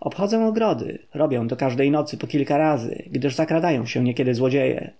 obchodzę ogrody robię to każdej nocy po parę razy gdyż zakradają się niekiedy złodzieje